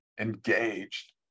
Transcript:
engaged